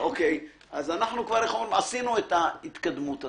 אנחנו עשינו את ההתקדמות הזה.